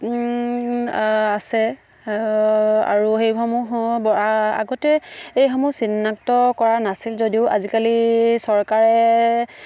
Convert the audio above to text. আছে আৰু সেইসমূহো আগতে এইসমূহ চিনাক্ত কৰা নাছিল যদিও আজিকালি চৰকাৰে